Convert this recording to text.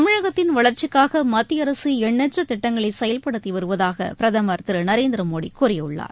தமிழகத்தின் வளர்ச்சிக்காக மத்திய அரசு எண்ணற்ற திட்டங்களை செயல்படுத்தி வருவதாக பிரதமர் திரு நரேந்திர மோடி கூறியுள்ளார்